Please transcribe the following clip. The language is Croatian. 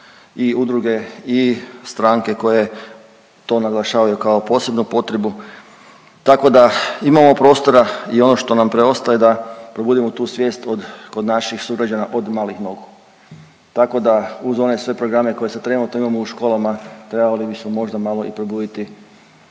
i udruge i stranke koje to naglašavaju kao posebnu potrebu. Tako da imamo prostora i ono što nam preostaje da probudimo tu svijest kod naših sugrađana od malih nogu. Tako da uz one sve programe koje sad trenutno imamo u školama trebali bismo možda malo i probuditi